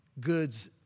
Goods